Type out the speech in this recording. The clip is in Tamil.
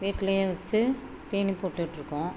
வீட்லேயே வெச்சு தீனி போட்டுகிட்ருக்கோம்